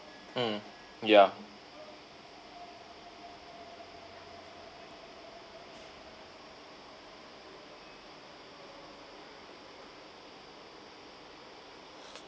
mm yeah